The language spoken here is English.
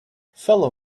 feller